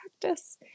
practice